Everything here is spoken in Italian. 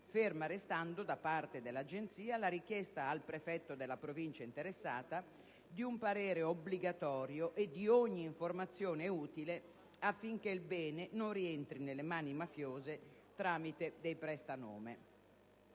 ferma restando - da parte dell'Agenzia - la richiesta al prefetto della Provincia interessata di un parere obbligatorio e di ogni informazione utile affinché il bene non rientri nelle mani mafiose tramite dei prestanome.